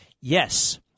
yes